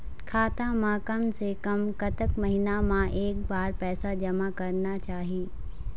खाता मा कम से कम कतक महीना मा एक बार पैसा जमा करना चाही?